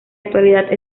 actualidad